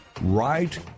Right